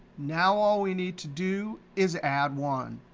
now all we need to do is add one.